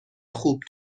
خوب